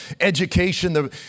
education